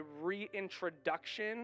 reintroduction